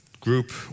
group